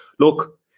Look